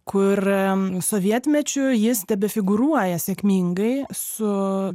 kur sovietmečiu jis tebefigūruoja sėkmingai su